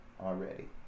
already